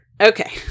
Okay